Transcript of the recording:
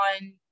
on